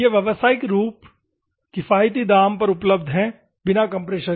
ये व्यावसायिक रूप किफायती दाम पर उपलब्ध हैं बिना कंप्रेसर